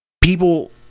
people